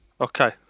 Okay